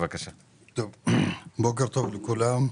בוקר טוב לכולם.